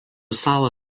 salą